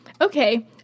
Okay